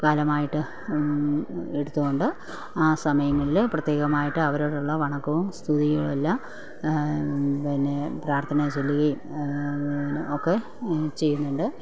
കാലമായിട്ട് എടുത്ത് കൊണ്ട് ആ സമയങ്ങളില് പ്രത്യേകമായിട്ട് അവരോടുള്ള വണക്കവും സ്തുതിയും എല്ലാം പിന്നെ പ്രാര്ത്ഥന ചൊല്ലുകയും അങ്ങനെ ഒക്കെ ചെയ്യുന്നുണ്ട്